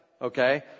Okay